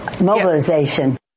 mobilization